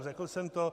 Řekl jsem to.